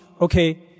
okay